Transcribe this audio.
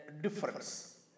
difference